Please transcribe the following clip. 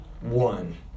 one